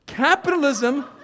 Capitalism